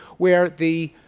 where the